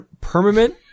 Permanent